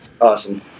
Awesome